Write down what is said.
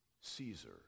Caesar